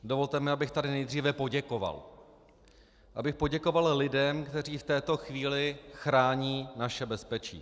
Dovolte mi, abych tady nejdříve poděkoval, abych poděkoval lidem, kteří v této chvíli chrání naše bezpečí.